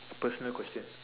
a personal question